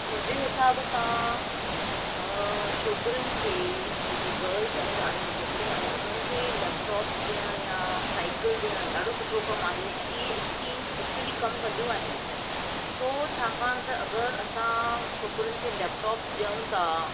मुंहिंजे हिसाब सां छोकिरीयुनि खे जेके गर्ल चाइल्ड आहिनि छोकिरियूं आहिनि उन्हनि खे लैपटॉप्स ॾियण या साइकिल ॾियणु ॾाढो सुठो कमु आहे ऐं इहे स्कीम्स एक्चुअली कमु कंदियूं आहिनि छो छाकाणि त अगरि असां छोकिरीनि खे लैपटॉप्स ॾियूं था